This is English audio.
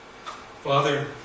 Father